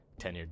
tenured